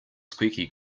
squeaky